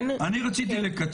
אני רציתי לקצר.